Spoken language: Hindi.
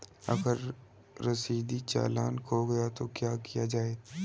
अगर रसीदी चालान खो गया तो क्या किया जाए?